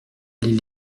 aller